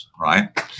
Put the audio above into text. right